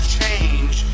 change